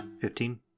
Fifteen